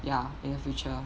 ya in the future